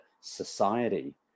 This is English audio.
society